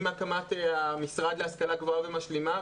עם הקמת המשרד להשכלה גבוהה ומשלימה,